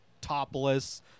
topless